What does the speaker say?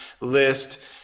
list